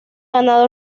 ganado